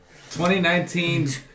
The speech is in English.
2019